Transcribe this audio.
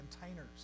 containers